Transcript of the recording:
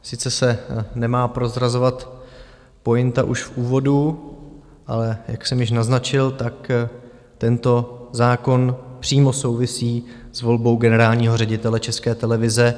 Sice se nemá prozrazovat pointa už v úvodu, ale jak jsem již naznačil, tak tento zákon přímo souvisí s volbou generálního ředitele České televize.